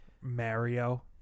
Mario